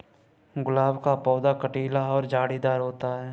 गुलाब का पौधा कटीला और झाड़ीदार होता है